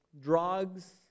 drugs